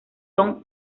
son